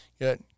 good